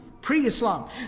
pre-Islam